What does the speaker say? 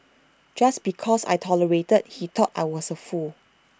just because I tolerated he thought I was A fool